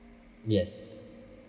yes